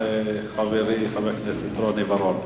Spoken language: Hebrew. תודה לחברי חבר הכנסת רוני בר-און.